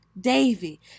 davy